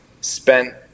spent